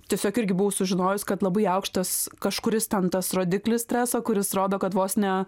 tiesiog irgi buvo sužinojus kad labai aukštas kažkuris ten tas rodiklis streso kuris rodo kad vos ne